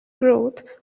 growth